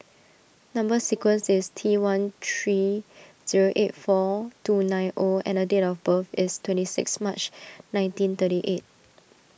Number Sequence is T one three zero eight four two nine O and date of birth is twenty six March nineteen thirty eight